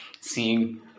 seeing